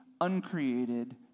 uncreated